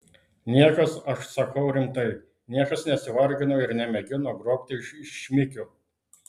niekas aš sakau rimtai niekas nesivargino ir nemėgino grobti iš šmikio